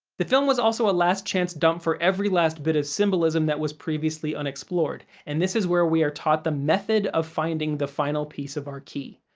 the film was also a last-chance dump for every last bit of symbolism that was previously unexplored, and this is where we are taught the method of finding the final piece of our key.